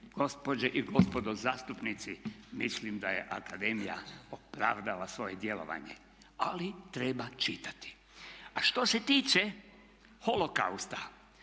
gospođe i gospodo zastupnici mislim da je akademija opravdala svoje djelovanje. Ali, treba čitati. A što se tiče holokausta